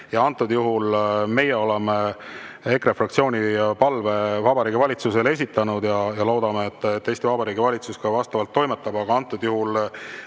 Antud juhul me oleme EKRE fraktsiooni palve Vabariigi Valitsusele esitanud ja loodame, et Eesti Vabariigi valitsus ka vastavalt toimetab. Aga mis